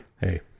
Hey